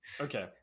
Okay